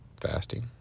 fasting